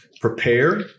prepare